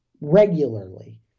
regularly